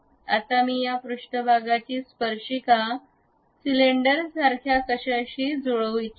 आता मी या पृष्ठभागाची स्पर्शिका सिलिंडरसारख्या कशाशी जुळवू इच्छितो